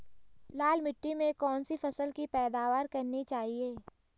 लाल मिट्टी में कौन सी फसल की पैदावार करनी चाहिए?